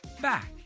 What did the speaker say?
back